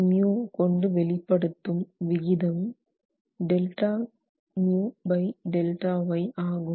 Rμ கொண்டு நாம் வெளிப்படுத்தும் விகிதம் Δu to Δy ஆகும்